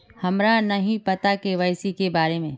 हमरा नहीं पता के.वाई.सी के बारे में?